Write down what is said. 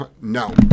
no